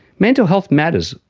mental health matters.